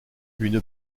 une